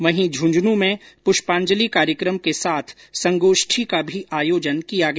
वहीं झुंझुनूं में पुष्पांजलि कार्यक्रम के साथ संगोष्ठी का भी आयोजन किया गया